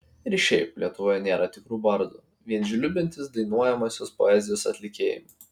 ir šiaip lietuvoje nėra tikrų bardų vien žliumbiantys dainuojamosios poezijos atlikėjai